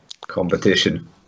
Competition